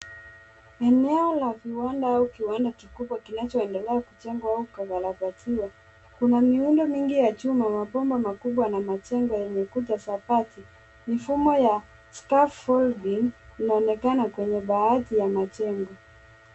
Eneo la viwanda au kiwanda kikubwa kinachoendelea kujengwa au kukarabatiwa. Kuna miundo mingi ya chuma, mabomba makubwa na majengo yenye kuta za bati. Mifumo ya scuff folding ,inaonekana kwenye baadhi ya majengo.